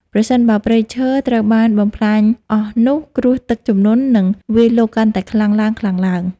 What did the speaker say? ប្រសិនបើព្រៃឈើត្រូវបានបំផ្លាញអស់ នោះគ្រោះទឹកជំនន់នឹងវាយលុកកាន់តែខ្លាំងឡើងៗ។